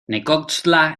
necoxtla